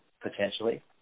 potentially